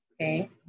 Okay